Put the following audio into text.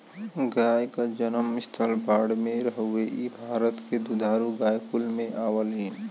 गाय क जनम स्थल बाड़मेर हउवे इ भारत के दुधारू गाय कुल में आवलीन